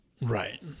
Right